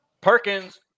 Perkins